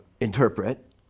interpret